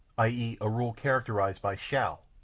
i e, a rule characterized by shall,